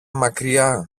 μακριά